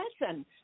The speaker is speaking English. lesson